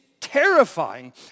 terrifying